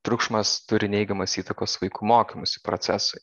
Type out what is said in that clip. triukšmas turi neigiamos įtakos vaikų mokymosi procesui